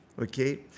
okay